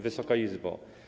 Wysoka Izbo!